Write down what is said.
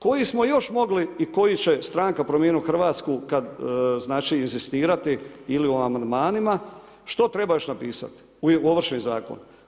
Koji smo još mogli i koji će stranka Promijenimo Hrvatsku kad inzistirati ili o amandmanima, što treba još napisati u Ovršni zakon?